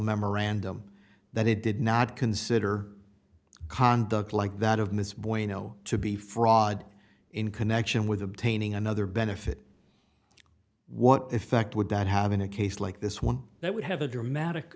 memorandum that it did not consider conduct like that of miss bueno to be fraud in connection with obtaining another benefit what effect would that have in a case like this one that would have a dramatic